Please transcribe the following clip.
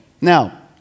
Now